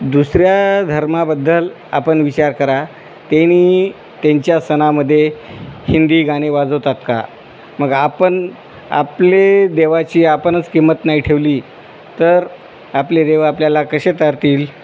दुसऱ्या धर्माबद्दल आपण विचार करा तेनी त्यांच्या सणामध्ये हिंदी गाणे वाजवतात का मग आपण आपले देवाची आपनंच किंमत नाही ठेवली तर आपले देव आपल्याला कसे तारतील